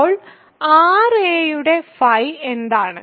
അപ്പോൾ r a യുടെ φ എന്താണ്